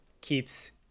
keeps